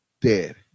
dead